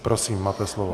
Prosím, máte slovo.